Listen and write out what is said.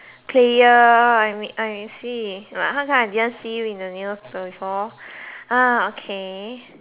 player I mean I I see how come I didn't see you in the news before uh okay